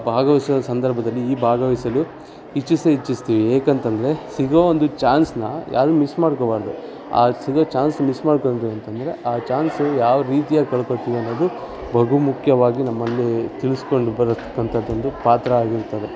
ಭಾಗವಹಿಸುವ ಸಂದರ್ಭದಲ್ಲಿ ಈ ಭಾಗವಹಿಸಲು ಇಚ್ಛಿಸೇ ಇಚ್ಛಿಸ್ತೀವಿ ಏಕಂತಂದರೆ ಸಿಗೋ ಒಂದು ಚಾನ್ಸ್ನ್ನು ಯಾರೂ ಮಿಸ್ ಮಾಡ್ಕೋಬಾರದು ಆ ಸಿಗೋ ಚಾನ್ಸ್ ಮಿಸ್ ಮಾಡಿಕೊಂಡ್ರಿ ಅಂತಂದರೆ ಆ ಚಾನ್ಸು ಯಾವ ರೀತಿಯಾಗಿ ಕಳ್ಕೊಳ್ತೀವಿ ಅನ್ನೋದು ಬಹುಮುಖ್ಯವಾಗಿ ನಮ್ಮಲ್ಲಿ ತಿಳಿಸ್ಕೊಂಡು ಬರತಕ್ಕಂಥದ್ದೊಂದು ಪಾತ್ರ ಆಗಿರುತ್ತದೆ